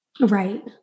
Right